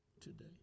today